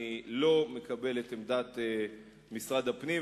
אני לא מקבל את עמדת משרד הפנים,